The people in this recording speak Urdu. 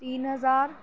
تین ہزار